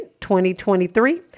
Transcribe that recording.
2023